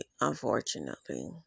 unfortunately